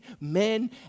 men